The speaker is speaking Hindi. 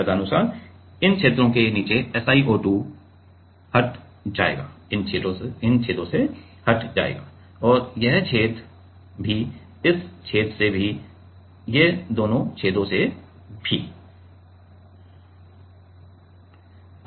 तदनुसार इन क्षेत्रों के नीचे SiO2 इन छेदों से हट जायेगा और यह छेद भी इस छेद से भी ये 2 छेद भी कुछ मात्रा आएगी और इस तरफ से भी